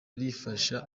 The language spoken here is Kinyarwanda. rifasha